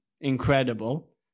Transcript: Incredible